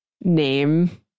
name